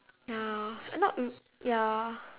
ya not um ya